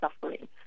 suffering